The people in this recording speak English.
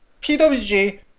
PWG